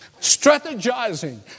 strategizing